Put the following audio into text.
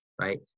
right